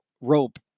rope